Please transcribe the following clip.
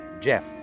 Jeff